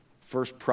First